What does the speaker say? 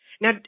Now